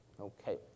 Okay